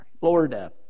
Lord